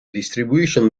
distribution